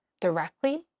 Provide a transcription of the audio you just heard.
directly